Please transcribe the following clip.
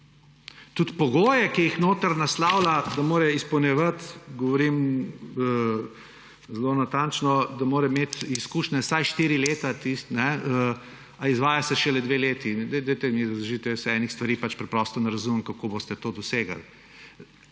Tudi pogoje, ki jih notri naslavlja, da mora izpolnjevati, govorim zelo natančno, da mora imeti tisti izkušnje vsaj štiri leta, a izvaja se šele dve leti. Razložite mi, jaz enih stvari pač preprosto ne razumem, kako boste to dosegli.